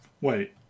Wait